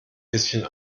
bisschen